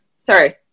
sorry